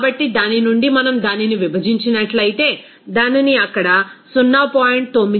కాబట్టి దాని నుండి మనం దానిని విభజించినట్లయితే దానిని అక్కడ 0